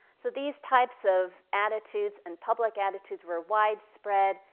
so these types of attitudes and public attitudes were widespread.